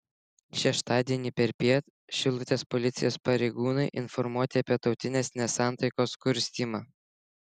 šeštadienį perpiet šilutės policijos pareigūnai informuoti apie tautinės nesantaikos kurstymą